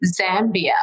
Zambia